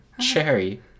cherry